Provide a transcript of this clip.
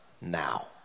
now